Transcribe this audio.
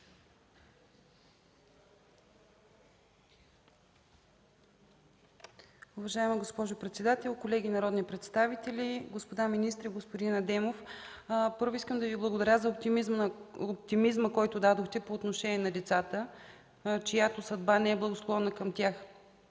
Уважаема госпожо председател, колеги народни представители, господа министри, господин Адемов! Първо, искам да Ви благодаря за оптимизма, който дадохте по отношение на децата, чиято съдба не е благосклонна към тях.